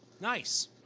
Nice